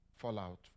fallout